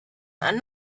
and